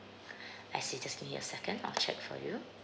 I see just give me a second I'll check for you